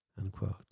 unquote